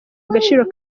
agaciro